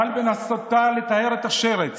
אבל בנסותה לטהר את השרץ